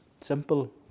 simple